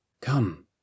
Come